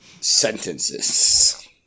sentences